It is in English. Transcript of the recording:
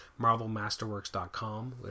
marvelmasterworks.com